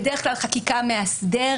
בדרך כללך חקיקה מאסדרת,